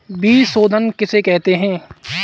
बीज शोधन किसे कहते हैं?